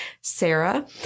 Sarah